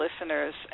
listeners